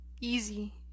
easy